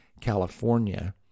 California